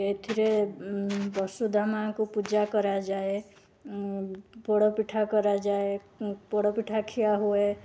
ଏଥିରେ ଉଁ ବସୁଧା ମାଁଙ୍କୁ ପୂଜା କରାଯାଏ ଉଁ ପୋଡ଼ପିଠା କରାଯାଏ ଉଁ ପୋଡ଼ପିଠା ଖିଆ ହୁଏ